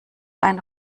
ein